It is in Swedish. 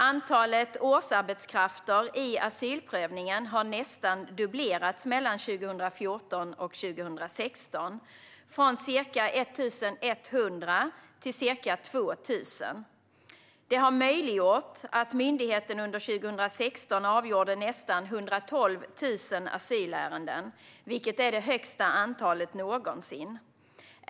Antalet årsarbetskrafter i asylprövningen har nästan dubblerats mellan 2014 och 2016, från ca 1 100 till ca 2 000. Det har möjliggjort att myndigheten under 2016 avgjorde nästan 112 000 asylärenden, vilket är det högsta antalet någonsin.